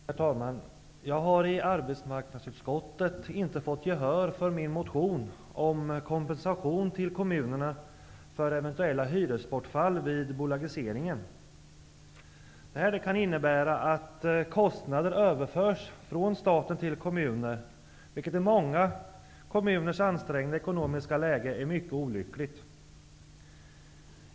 Herr talman! Jag har i arbetsmarknadsutskottet inte fått gehör för min motion om kompensation till kommunerna för eventuella hyresbortfall som resultat av bolagiseringen. Det kan innebära att kostnader överförs från staten till kommunerna, vilket i det ansträngda ekonomiska läge många kommuner befinner sig i är mycket olyckligt.